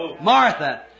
Martha